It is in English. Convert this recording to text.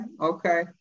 okay